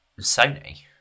Sony